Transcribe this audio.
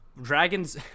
Dragon's